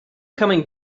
coming